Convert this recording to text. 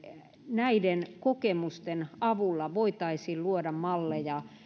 näiden kokemusten avulla voitaisiin luoda malleja